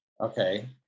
okay